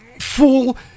fool